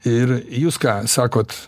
ir jūs ką sakot